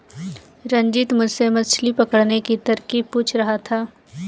रंजित मुझसे मछली पकड़ने की तरकीब पूछ रहा था